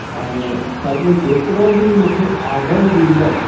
ऐं तव्हां जेतिरो बि मूंखे आॉर्डर ॾींदव